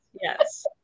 Yes